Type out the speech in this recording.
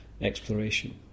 exploration